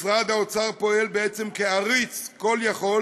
משרד האוצר פועל בעצם כעריץ כול-יכול